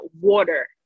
water